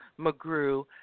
McGrew